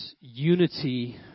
unity